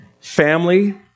Family